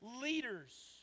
leaders